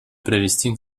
провести